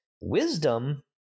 Wisdom